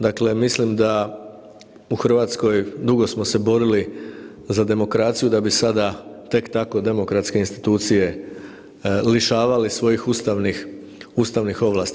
Dakle, mislim da u Hrvatskoj dugo smo se borili za demokraciju da bi sada tek tako demokratske institucije lišavali svojih ustavnih ovlasti.